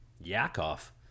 Yakov